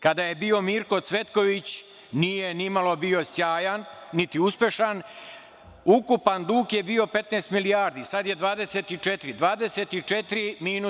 Kada je bio Mirko Cvetković nije ni malo bio sjajan, niti uspešan, ukupan dug je bio 15 milijardi, sada je 24.